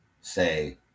say